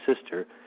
sister